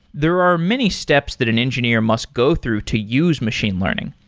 there are many steps that an engineer must go through to use machine learning,